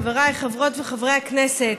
חבריי, חברות וחברי הכנסת,